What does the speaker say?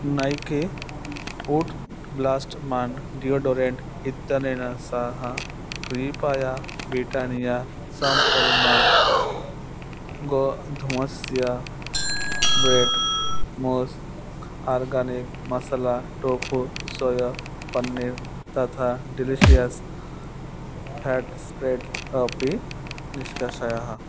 नैके oud blast man deodorant इत्यनेन सह कृपया ब्रिटानिया सम्पूर्ण गोधूमस्य ब्रेड् मोस्क् organic masala tofu soy paneer तथा डिलिशियस् फेट् स्प्रेड् अपि निष्कासय